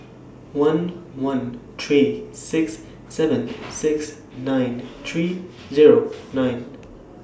one one three six seven six nine three Zero nine